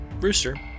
Rooster